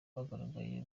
bagaragaye